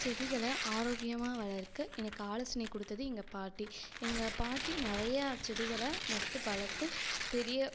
செடிகள் ஆரோக்கியமாக வளர்க்க எனக்கு ஆலோசனை கொடுத்தது எங்கள் பாட்டி எங்கள் பாட்டி நிறையா செடிகள் நட்டு வளர்த்து பெரிய